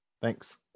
Thanks